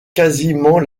quasiment